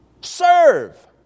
Serve